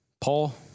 Paul